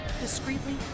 discreetly